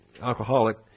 alcoholic